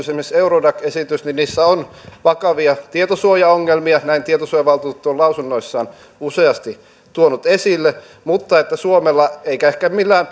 esimerkiksi eurodac esityksessä on vakavia tietosuojaongelmia näin tietosuojavaltuutettu on lausunnoissaan useasti tuonut esille mutta ei suomella eikä ehkä millään